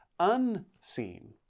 unseen